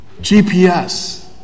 GPS